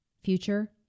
future